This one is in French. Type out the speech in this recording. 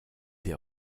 des